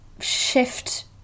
shift